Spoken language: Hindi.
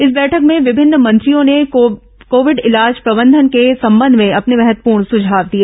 इस बैठक में विभिन्न मंत्रियों ने कोविड इलाज प्रबंधन के संबंध में अपने महत्वपूर्ण सुझाव दिए